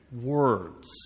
Words